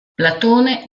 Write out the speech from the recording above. platone